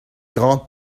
grande